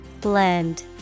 Blend